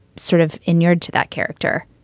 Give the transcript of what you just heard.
sort of inured to that character.